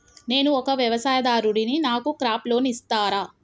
నేను ఒక వ్యవసాయదారుడిని నాకు క్రాప్ లోన్ ఇస్తారా?